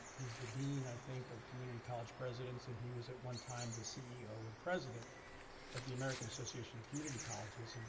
he's the dean, i think, of community college presidents. and he was at one time, the ceo and president of the american association of community colleges.